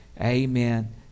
Amen